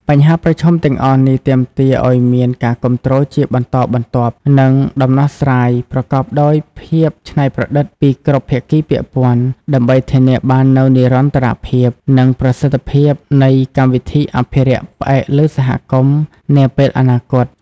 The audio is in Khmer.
បញ្ហាប្រឈមទាំងអស់នេះទាមទារឱ្យមានការគាំទ្រជាបន្តបន្ទាប់ និងដំណោះស្រាយប្រកបដោយភាពច្នៃប្រឌិតពីគ្រប់ភាគីពាក់ព័ន្ធ ដើម្បីធានាបាននូវនិរន្តរភាព និងប្រសិទ្ធភាពនៃកម្មវិធីអភិរក្សផ្អែកលើសហគមន៍នាពេលអនាគត។